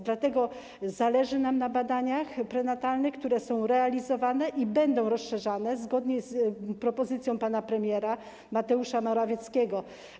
Dlatego zależy nam na badaniach prenatalnych, które są realizowane i będą rozszerzane zgodnie z propozycją pana premiera Mateusza Morawieckiego.